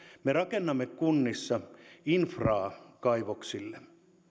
me rakennamme kunnissa infraa kaivoksille